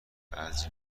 بعضی